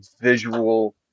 visual